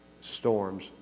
storms